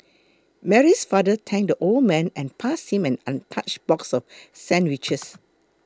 Mary's father thanked the old man and passed him an untouched box of sandwiches